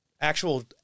actual –